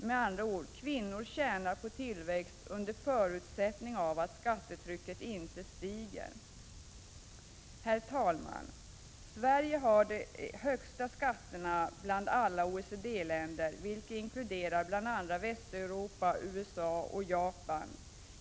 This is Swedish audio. Med andra ord: Kvinnor tjänar på tillväxt under förutsättning att skattetrycket inte stiger. Herr talman! Sverige har de högsta skatterna bland alla OECD-länder, varvid inkluderas bl.a. Västeuropa, USA och Japan.